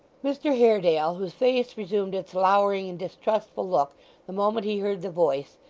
mr haredale, whose face resumed its lowering and distrustful look the moment he heard the voice,